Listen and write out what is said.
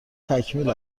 تکمیل